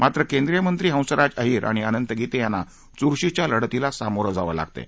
मात्र केंद्रीय मंत्री हंसराज अहिर आणि अनंत गीते यांना चुरशीच्या लढतीला सामोरं जावं लागत आहे